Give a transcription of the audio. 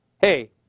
Hey